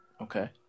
Okay